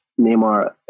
Neymar